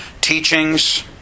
teachings